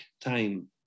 time